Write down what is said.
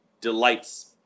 delights